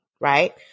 right